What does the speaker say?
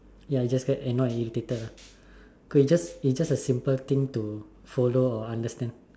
ya you just get annoyed and irritated lah could be just it's just a simple thing to follow and understand